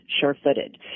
sure-footed